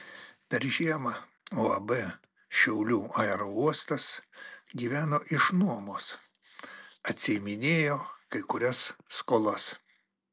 per žiemą uab šiaulių aerouostas gyveno iš nuomos atsiiminėjo kai kurias skolas